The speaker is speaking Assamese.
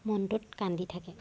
মনটোত কান্দি থাকে